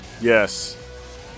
Yes